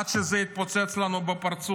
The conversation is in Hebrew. עד שזה התפוצץ לנו בפרצוף.